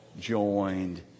joined